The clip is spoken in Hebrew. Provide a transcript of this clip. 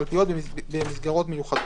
קלפיות במסגרות מיוחדות.